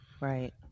Right